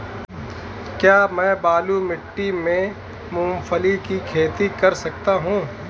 क्या मैं बालू मिट्टी में मूंगफली की खेती कर सकता हूँ?